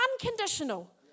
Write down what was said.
unconditional